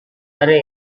dari